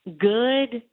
good